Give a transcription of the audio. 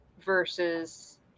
versus